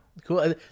Cool